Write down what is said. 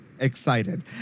Excited